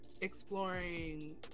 exploring